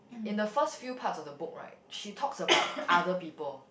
in the first few parts of the book right she talks about other people